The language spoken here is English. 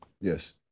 Yes